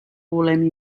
volem